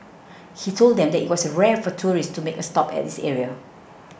he told them that it was rare for tourists to make a stop at this area